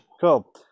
Cool